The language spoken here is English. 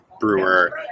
brewer